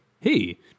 Hey